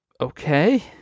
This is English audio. okay